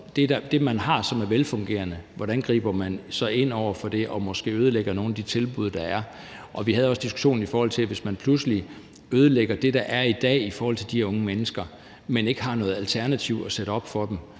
det, man har, og som er velfungerende, også er et spørgsmål om, hvordan man så griber ind og måske ødelægger nogle af de tilbud, der er. Og vi havde også diskussionen om, hvad der sker, hvis man pludselig ødelægger det, der er i dag i forhold til de unge mennesker, men ikke har noget alternativ at sætte op for dem.